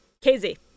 KZ